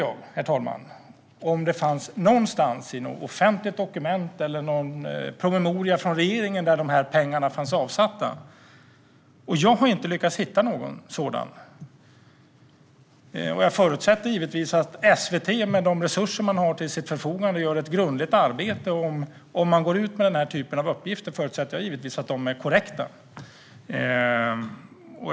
Jag tittade då efter om det någonstans i något offentligt dokument eller någon promemoria från regeringen fanns något ställe där de här pengarna fanns avsatta. Jag har inte lyckats hitta något sådant. Jag förutsätter givetvis att SVT med de resurser man har till sitt förfogande gör ett grundligt arbete, och om man går ut med denna typ av uppgifter förutsätter jag givetvis att de är korrekta.